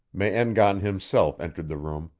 me-en-gan himself entered the room,